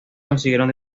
consiguieron